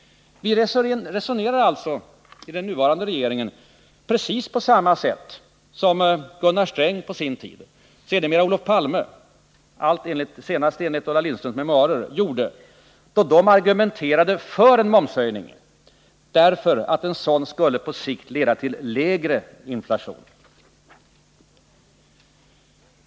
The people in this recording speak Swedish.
Vi resonerar alltså i den nuvarande regeringen precis på samma sätt som Gunnar Sträng och sedermera Olof Palme — enligt Ulla Lindströms memoarer — gjorde då de argumenterade för momshöjning, därför att en sådan skulle på sikt leda till lägre inflation.